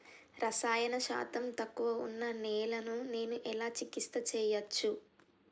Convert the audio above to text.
రసాయన శాతం తక్కువ ఉన్న నేలను నేను ఎలా చికిత్స చేయచ్చు?